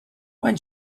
when